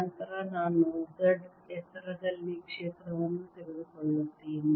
ನಂತರ ನಾನು z ಎತ್ತರದಲ್ಲಿ ಕ್ಷೇತ್ರವನ್ನು ತೆಗೆದುಕೊಳ್ಳುತ್ತೇನೆ